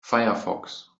firefox